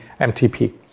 MTP